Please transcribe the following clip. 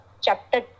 chapter